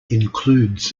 includes